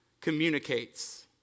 communicates